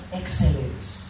excellence